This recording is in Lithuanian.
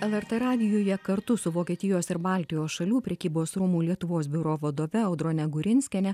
lrt radijuje kartu su vokietijos ir baltijos šalių prekybos rūmų lietuvos biuro vadove audrone gurinskiene